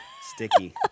Sticky